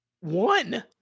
One